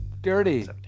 dirty